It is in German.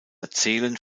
erzählen